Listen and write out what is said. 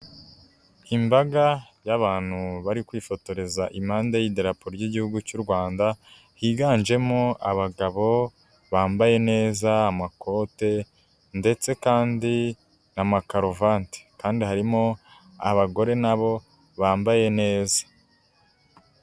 Imbaga y'abantu bari kwifotoreza impande y'idarapo ry'igihugu cy'u Rwanda, higanjemo abagabo bambaye neza, amakote ndetse kandi n'amakaruvati kandi harimo abagore na bo bambaye neza.